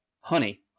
honey